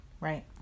Right